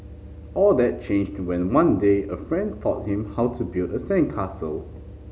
all that changed when one day a friend taught him how to build a sandcastle